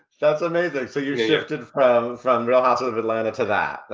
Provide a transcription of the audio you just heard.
that's amazing, so you shifted from from real housewives of atlanta to that.